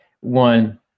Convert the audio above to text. one